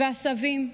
והסבים?